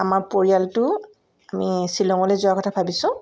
আমাৰ পৰিয়ালটো আমি শ্বিলঙলৈ যোৱাৰ কথা ভাবিছোঁ